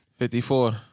5'4